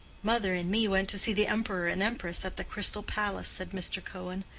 mother and me went to see the emperor and empress at the crystal palace, said mr. cohen.